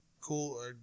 cool